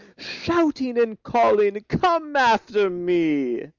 shouting and calling, come after me!